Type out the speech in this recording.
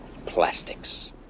plastics